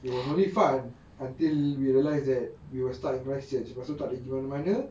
it was only fun until we realised that we were stuck in christchurch maksud tak boleh pergi mana-mana